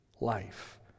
Life